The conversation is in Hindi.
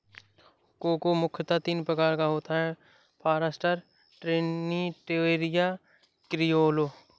कोको मुख्यतः तीन प्रकार का होता है फारास्टर, ट्रिनिटेरियो, क्रिओलो